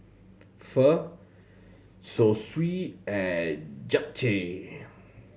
Pho Zosui and Japchae